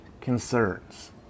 concerns